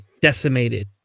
decimated